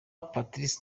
patrice